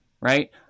right